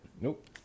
Nope